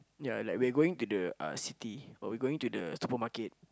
ya like we 're going to the uh city but we going to supermarket